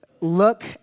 look